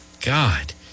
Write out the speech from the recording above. God